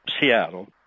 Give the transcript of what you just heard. Seattle